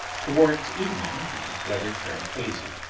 towards evening, the weather turned hazy,